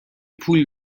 پول